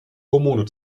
hormone